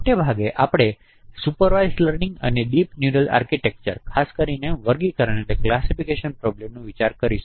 મોટે ભાગે આપણે નિરીક્ષણ લર્નિંગ અને ડીપ ન્યુરલ આર્કિટેક્ચર ખાસ કરીને વર્ગીકરણ પ્રોબ્લેમનું વિચારણા કરીશું